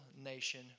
nation